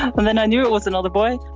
and then i knew it was another boy